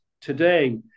today